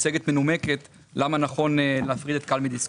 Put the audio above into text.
מצגת מנומקת למה נכון להפריד את כאל מדיסקונט.